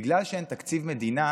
בגלל שאין תקציב מדינה